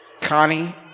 Connie